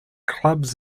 clubs